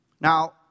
Now